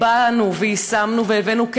באנו, יישמנו והבאנו כסף.